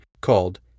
called